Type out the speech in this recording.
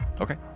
okay